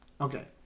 Okay